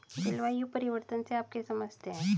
जलवायु परिवर्तन से आप क्या समझते हैं?